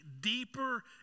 deeper